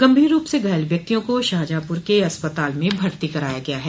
गंभीर रूप से घायल व्यक्तियों को शाहजहांपुर के अस्पताल में भर्ती कराया गया है